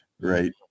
Right